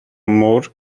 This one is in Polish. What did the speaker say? mur